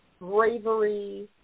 bravery